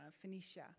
Phoenicia